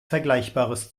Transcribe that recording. vergleichbares